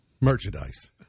merchandise